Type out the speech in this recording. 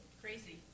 Crazy